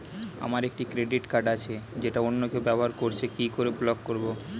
আমার একটি credit card আছে যেটা অন্য কেউ ব্যবহার করছে কি করে ব্লক করবো?